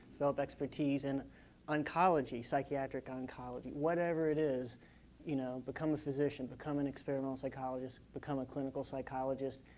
develop expertise in oncology, psychiatric oncology, whatever it is you know become a physician, become an experimental psychologist, become a clinical psychologist.